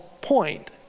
point